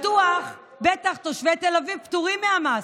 בטח תושבי תל אביב פטורים מהמס,